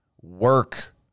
work